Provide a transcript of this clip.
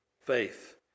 faith